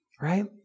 right